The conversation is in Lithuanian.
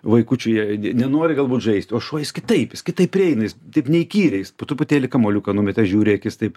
vaikučių jei nenori galbūt žaist o šuo jis kitaip kitaip prieina jis taip neįkyriai jis po truputėlį kamuoliuką numeta žiūri į akis taip